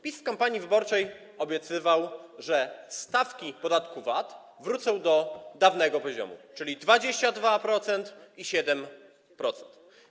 PiS w kampanii wyborczej obiecywał, że stawki podatku VAT wrócą do dawnego poziomu, czyli 22% i 7%.